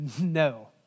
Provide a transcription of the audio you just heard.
No